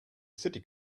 city